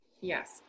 Yes